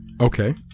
Okay